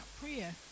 prayer